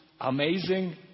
amazing